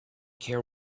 care